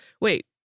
Wait